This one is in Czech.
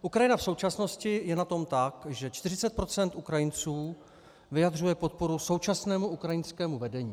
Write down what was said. Ukrajina v současnosti je na tom tak, že 40 % Ukrajinců vyjadřuje podporu současnému ukrajinskému vedení.